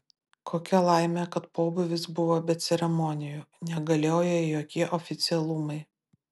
kokia laimė kad pobūvis buvo be ceremonijų negalioja jokie oficialumai